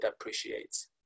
appreciates